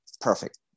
perfect